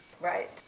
Right